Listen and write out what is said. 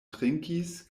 trinkis